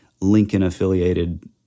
Lincoln-affiliated